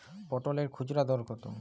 পটলের খুচরা দর কত?